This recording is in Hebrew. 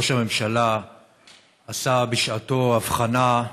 ראש הממשלה עשה בשעתו הבחנה,